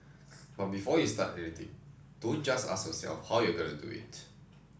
but before you start anything don't just ask yourself how you're going to do it